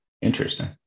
Interesting